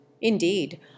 Indeed